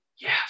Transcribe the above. Yes